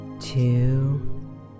Two